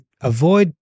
avoid